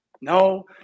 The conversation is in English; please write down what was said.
No